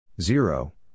Zero